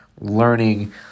learning